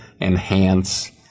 enhance